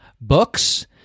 books